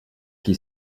qui